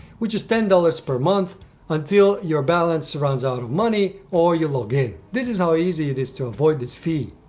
which is ten dollars per month until your balance runs out of money or you log in. this is how easy it is to avoid this fee.